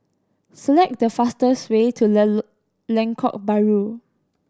select the fastest way to Lengkok Bahru